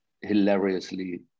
hilariously